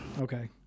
Okay